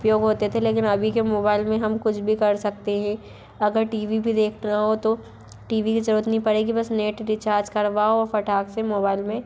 उपयोग होते थे लेकिन अभी के मोबाइल में हम कुछ भी कर सकते हें अगर टी वी भी देखना हो तो टी वी की ज़रूरत नहीं पड़ेगी बस नेट रीचार्ज करवाओ और फटाक से मोबाइल में